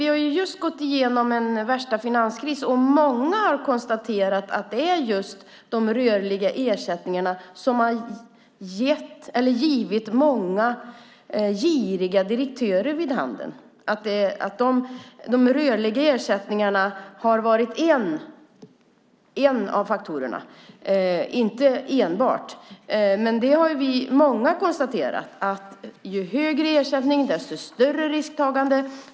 Vi har just gått igenom den värsta finanskrisen, och många har konstaterat att det är de rörliga ersättningarna som har varit en av faktorerna - inte den enda - för många giriga direktörer. Men vi är många som har konstaterat att ju högre ersättning, desto större risktagande.